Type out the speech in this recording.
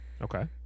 Okay